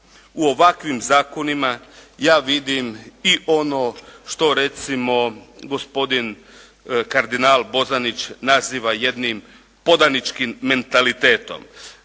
u ovakvim zakonima ja vidim i ono što recimo gospodin kardinal Bozanić naziva jednim podaničkim mentalitetom.